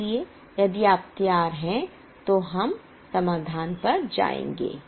इसलिए यदि आप तैयार हैं तो हम समाधान पर जाएंगे